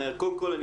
קודם כל,